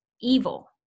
evil